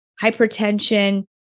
hypertension